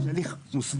יש הליך מוסדר.